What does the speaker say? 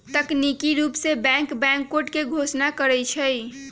तकनिकी रूप से बैंक बैंकनोट के घोषणा करई छई